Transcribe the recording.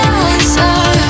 answer